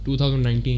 2019